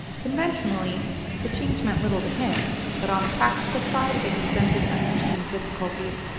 conventionally the change meant little to him but on the practical side it presented unforeseen difficulties.